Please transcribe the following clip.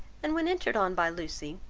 and when entered on by lucy,